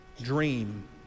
dream